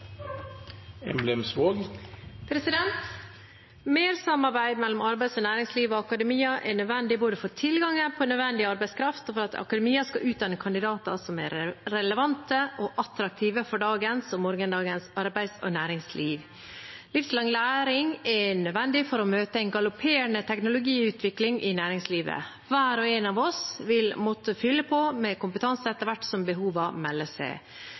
arbeidskraft og for at akademia skal utdanne kandidater som er relevante og attraktive for dagens og morgendagens arbeids- og næringsliv. Livslang læring er nødvendig for å møte en galopperende teknologiutvikling i næringslivet. Hver og en av oss vil måtte fylle på med kompetanse etter hvert som behovene melder seg.